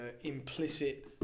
implicit